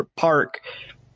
park